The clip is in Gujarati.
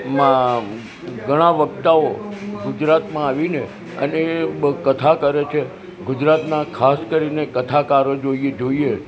માં ઘણા વક્તાઓ ગુજરાતમાં આવી ને અને કથા કરે છે ગુજરાતનાં ખાસ કરીને કથાકારો જોઈએ